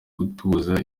gutuza